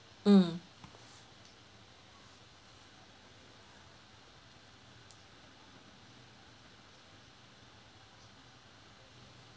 mm